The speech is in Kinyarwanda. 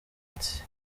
ati